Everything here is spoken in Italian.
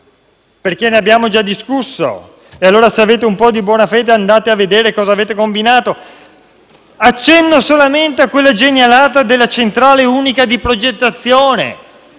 perché ne abbiamo già discusso e se avete un po' di buona fede andate a vedere cosa avete combinato. Accenno solamente a quella genialata della centrale unica di progettazione